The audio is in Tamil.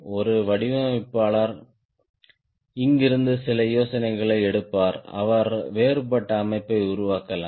ஒரு வடிவமைப்பாளர் இங்கிருந்து சில யோசனைகளை எடுப்பார் அவர் வேறுபட்ட அமைப்பை உருவாக்கலாம்